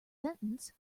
sentence